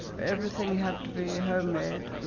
everything had to be homemade.